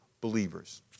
believers